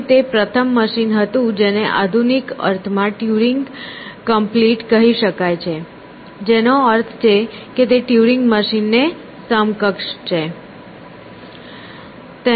અને તે પ્રથમ મશીન હતું જેને આધુનિક અર્થમાં ટ્યુરિંગ કમ્પ્લીટ કહી શકાય જેનો અર્થ છે કે તે ટ્યુરિંગ મશીન ને સમકક્ષ છે